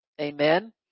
Amen